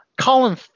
Colin